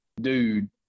dude